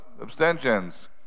abstentions